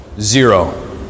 zero